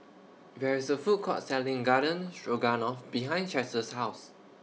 There IS A Food Court Selling Garden Stroganoff behind Chester's House